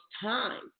time